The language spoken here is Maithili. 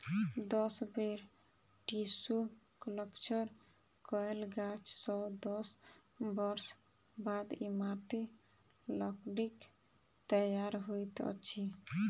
दस बेर टिसू कल्चर कयल गाछ सॅ दस वर्ष बाद इमारती लकड़ीक तैयार होइत अछि